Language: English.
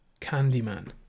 Candyman